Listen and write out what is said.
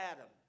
Adam